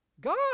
God